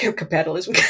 capitalism